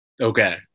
okay